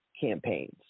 campaigns